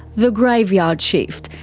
the graveyard shift,